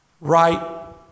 right